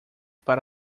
para